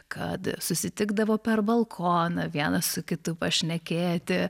kad susitikdavo per balkoną vienas kitu pašnekėti